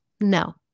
No